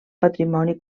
patrimoni